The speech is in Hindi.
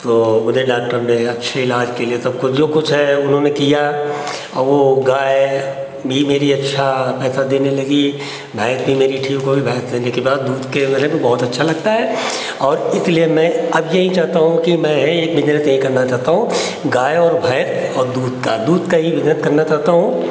तो मुझे डॉक्टर ने अच्छे इलाज के लिए सब कुछ जो कुछ है उन्होंने किया और वो गाय भी मेरी अच्छा पैसा देने लगी भैंस भी मेरी ठीक हो गई भैंस लेने के बाद दूध के बहुत अच्छा लगता है और इसलिए मैं अब यही चाहता हूँ कि मैं एक बिज़नेस यही करना चाहता हूँ गाय और भैंस और दूध का दूध का ही बिज़नेस करना चाहता हूँ